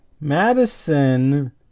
Madison